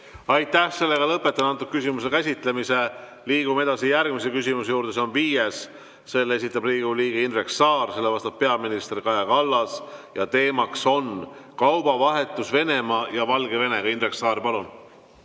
Aitäh! Lõpetan selle küsimuse käsitlemise. Liigume edasi järgmise küsimuse juurde, see on viies. Selle esitab Riigikogu liige Indrek Saar, sellele vastab peaminister Kaja Kallas ja teema on kaubavahetus Venemaa ja Valgevenega. Indrek Saar, palun!